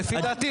לפי לדעתי,